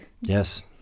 Yes